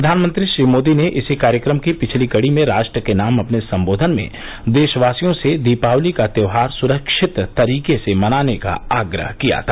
प्रधानमंत्री श्री मोदी ने इसी कार्यक्रम की पिछली कड़ी में राष्ट्र के नाम अपने सम्बोधन में देशवासियों से दीपावली का त्योहार सुरक्षित तरीके से मनाने का आग्रह किया था